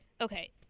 Okay